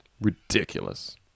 Ridiculous